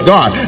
God